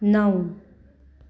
नौ